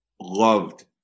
loved